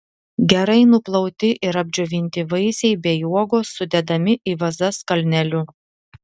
gerai nuplauti ir apdžiovinti vaisiai bei uogos sudedami į vazas kalneliu